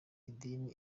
idini